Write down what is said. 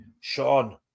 Sean